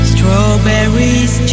Strawberries